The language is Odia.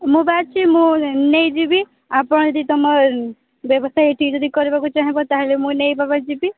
ମୁଁ ବା ଆସିଛି ମୁଁ ନେଇ ଯିବି ଆପଣ ଯଦି ତୁମ ବ୍ୟବସାୟ ଏଠି ଯଦି କରିବାକୁ ଚାହିଁବ ତାହାଲେ ମୁଁ ନେଇ ବା ଯିବି